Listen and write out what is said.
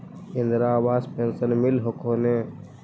Indira Awas pension मिल हको ने?